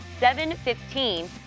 7-15